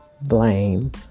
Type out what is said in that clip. blame